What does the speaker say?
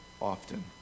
often